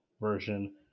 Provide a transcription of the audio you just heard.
version